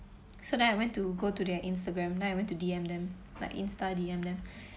so then I went to go to their Instagram then I went to D_M them like insta D_M them